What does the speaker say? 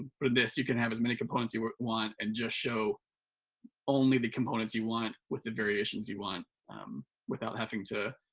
but in this you can have as many components you want and just show only the components you want with the variations you want without having to